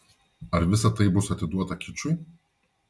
ar visa tai bus atiduota kičui